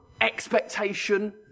expectation